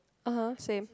(uh huh) same